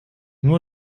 nur